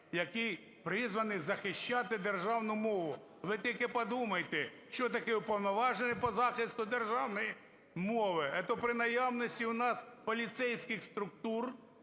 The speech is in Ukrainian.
який призваний захищати державну мову, ви тільки подумайте, що таке Уповноважений по захисту державної мови? Это при наявності в нас поліцейських структур,